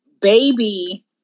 baby